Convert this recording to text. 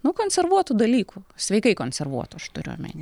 nu konservuotų dalykų sveikai konservuotų aš turiu omeny